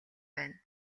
байна